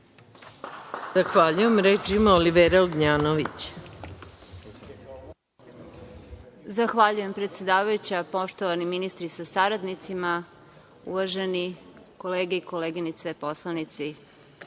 Ognjanović. **Olivera Ognjanović** Zahvaljujem predsedavajuća. Poštovani ministri sa saradnicima, uvažene kolege i koleginice poslanici,